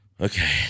Okay